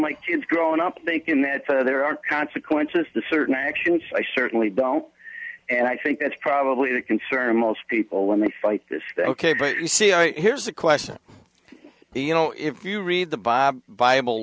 my kids growing up thinking that there are consequences to certain actions i certainly don't and i think that's probably the concern most people when they fight this ok but here's a question you know if you read the bible bible